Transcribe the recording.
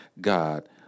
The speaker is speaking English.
God